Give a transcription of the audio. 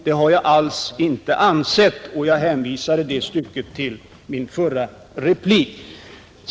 Det har jag alls inte ansett, och jag hänvisar alltså i det stycket till min förra replik.